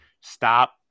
Stop